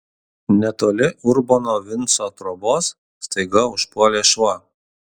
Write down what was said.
netoli urbono vinco trobos staiga užpuolė šuo